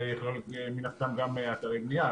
וזה יכלול מן הסתם גם אתרי בנייה,